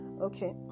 okay